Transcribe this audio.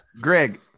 Greg